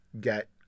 get